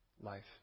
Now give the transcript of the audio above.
life